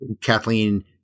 Kathleen